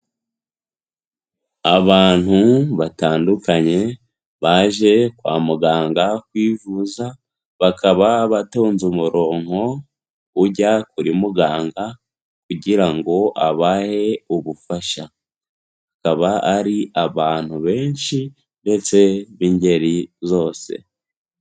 Abantu batandukanye baje kwa muganga kwivuza, bakaba batonze umuronko ujya kuri muganga kugira ngo abahe ubufasha, akaba ari abantu benshi ndetse b'ingeri zose.